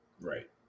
Right